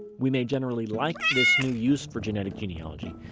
we may generally like this new use for genetic genealogy,